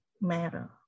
matter